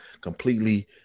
completely